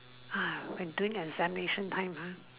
ah when during examination time uh